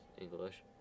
English